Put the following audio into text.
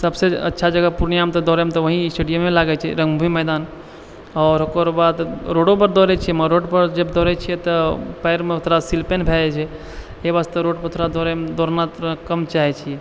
सभसे अच्छा जगह तऽ दौड़ै मे पूर्णिया मे तऽ स्टेडियमे लागै छै रङ्गभूमि मैदान आ ओकर बाद रोडो पे दौड़ै छियै मगर रोड पर जब दौड़ै छियै तऽ पैर मे थोड़ा सिल पैन भैए जाइ छै एहि वास्ते रोड पर थोड़ा दौड़ै मे दौड़नाइ थोड़ा कम चाहै छियै